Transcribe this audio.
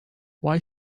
why